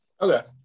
Okay